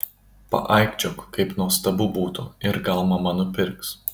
paaikčiok kaip nuostabu būtų ir gal mama nupirks